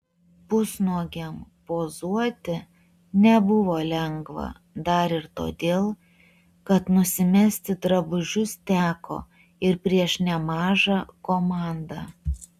pusnuogiam pozuoti nebuvo lengva dar ir todėl kad nusimesti drabužius teko ir prieš nemažą komandą